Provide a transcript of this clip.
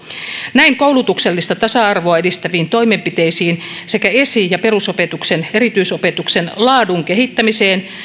näin käytetään koulutuksellista tasa arvoa edistäviin toimenpiteisiin sekä esi ja perusopetuksen erityisopetuksen laadun kehittämiseen